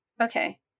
okay